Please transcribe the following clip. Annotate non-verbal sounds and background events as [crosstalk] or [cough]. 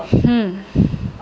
hmm [breath]